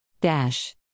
Dash